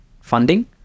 funding